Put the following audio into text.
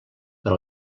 per